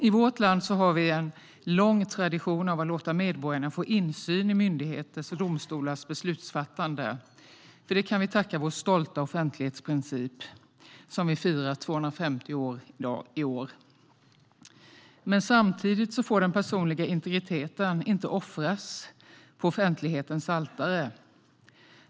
I vårt land har vi en lång tradition av att låta medborgarna få insyn i myndigheters och domstolars beslutsfattande. För detta kan vi tacka vår stolta offentlighetsprincip som firar 250 år i år. Samtidigt får inte den personliga integriteten offras på offentlighetens altare.